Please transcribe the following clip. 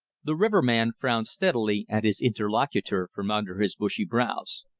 the riverman frowned steadily at his interlocutor from under his bushy brows.